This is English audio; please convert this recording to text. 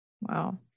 Wow